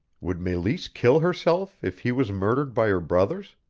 would meleese kill herself if he was murdered by her brothers?